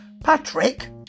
Patrick